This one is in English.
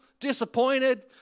disappointed